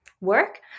work